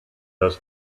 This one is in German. das